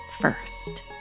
first